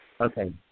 Okay